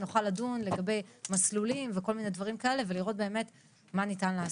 שנוכל לדון לגבי מסלולים וכל מני דברים כאלה ולראות באמת מה ניתן לעשות,